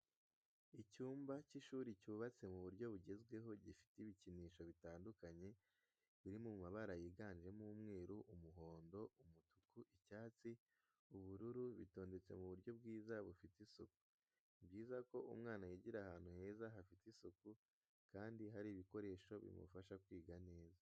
Icyumba cy'ishuri cyubatse mu buryo bugezweho gifite ibikinisho bitandukanye biri mu mabara yiganjemo umweru, umuhondo, umutuku, icyatsi, ubururu, bitondetse mu buryo bwiza bufite isuku. Ni byiza ko umwana yigira ahantu heza hafite isuku kandi hari ibikoresho bimufasha kwiga neza.